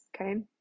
okay